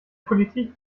politik